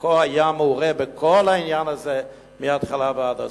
היה מעורה בכל העניין הזה מההתחלה ועד הסוף.